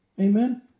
Amen